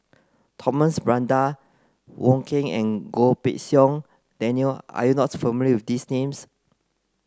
Thomas Braddell Wong Keen and Goh Pei Siong Daniel are you not familiar with these names